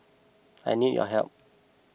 I need your help